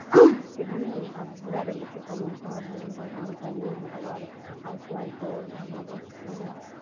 त्यो पनि अब बुढाले मात्रै कमाउँछ बुढीको काम छैन म त घर हाउसवाइफ हो घरमा बस्छु